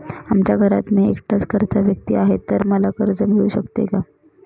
आमच्या घरात मी एकटाच कर्ता व्यक्ती आहे, तर मला कर्ज मिळू शकते का?